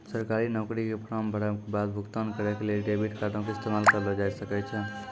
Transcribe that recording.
सरकारी नौकरी के फार्म भरै के बाद भुगतान करै के लेली डेबिट कार्डो के इस्तेमाल करलो जाय सकै छै